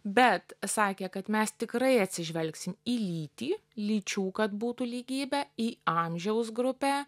bet sakė kad mes tikrai atsižvelgsim į lytį lyčių kad būtų lygybė į amžiaus grupę